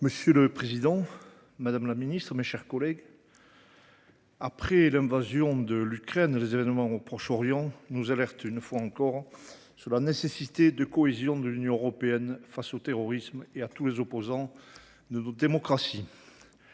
Monsieur le président, madame la secrétaire d’État, mes chers collègues, après l’invasion de l’Ukraine, les événements au Proche-Orient nous alertent une fois encore sur la nécessaire cohésion de l’Union européenne face au terrorisme et à tous les ennemis de nos démocraties.